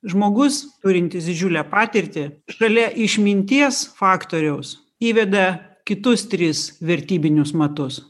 žmogus turintis didžiulę patirtį šalia išminties faktoriaus įveda kitus tris vertybinius matus